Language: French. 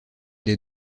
des